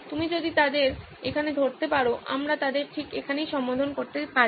তুমি যদি তাদের এখানে ধরতে পারো আমরা তাদের ঠিক এখানেই সম্বোধন করতে পারি